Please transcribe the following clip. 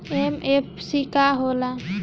MFC का हो़ला?